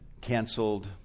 canceled